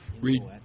Read